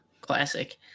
classic